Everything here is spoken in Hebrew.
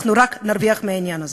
אנחנו רק נרוויח מהעניין הזה.